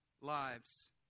lives